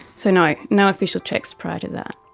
so no, no official checks prior to that.